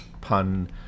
pun